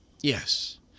Yes